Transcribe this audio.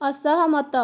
ଅସହମତ